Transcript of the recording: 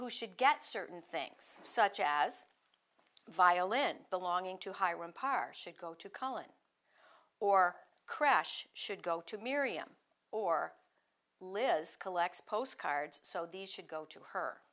who should get certain things such as violin belonging to hiram partially go to college or crash should go to miriam or liz collects postcards so these should go to her